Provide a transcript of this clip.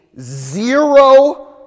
zero